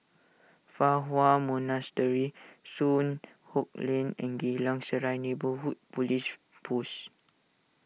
Fa Hua Monastery Soon Hock Lane and Geylang Serai Neighbourhood Police Post